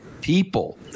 people